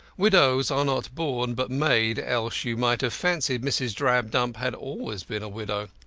widows are not born but made, else you might have fancied mrs. drabdump had always been a widow.